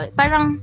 parang